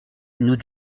nous